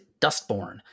Dustborn